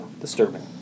disturbing